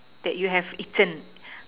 that you have eaten